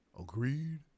Agreed